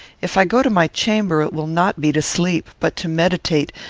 if i go to my chamber, it will not be to sleep, but to meditate,